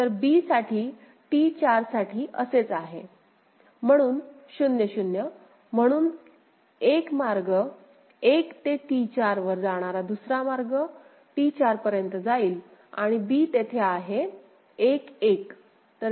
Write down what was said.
तर b आणि T4 साठी असेच आहे म्हणून 0 0 म्हणून एक मार्ग 1 ते T4 वर जाणारा दुसरा मार्ग T4 पर्यंत जाईल आणि b तेथे आहे 1 1